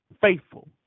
faithful